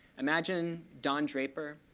imagine don draper,